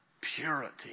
Purity